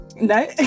no